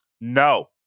No